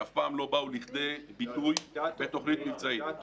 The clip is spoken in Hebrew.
שאף פעם לא באו לכדי ביטוי בתוכנית מבצעית.